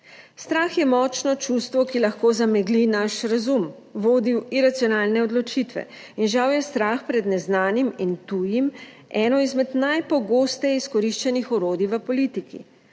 Strah je močno čustvo, ki lahko zamegli naš razum, vodi v iracionalne odločitve, in žal je strah pred neznanim in tujim eno izmed najpogosteje izkoriščenih orodij v politiki.